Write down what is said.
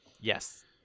Yes